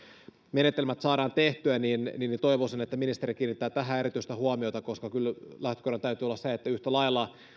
menetelmät saadaan tehtyä toivoisin että ministeri kiinnittää tähän erityistä huomiota koska kyllä lähtökohdan täytyy olla se että yhtä lailla